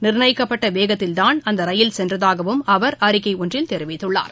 நிர்ணயிக்கப்பட்டவேகத்தில்தான் அந்தரயில் சென்றதாகவும் அவர் அறிக்கைஒன்றில் தெரிவித்துள்ளார்